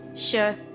Sure